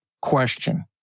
question